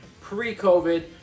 pre-COVID